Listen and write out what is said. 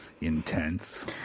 intense